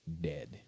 dead